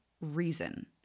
reason